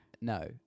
no